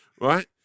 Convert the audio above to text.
right